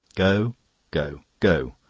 go go go!